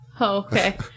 Okay